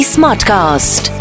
Smartcast